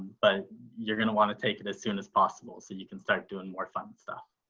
but you're going to want to take it as soon as possible. so you can start doing more fun stuff.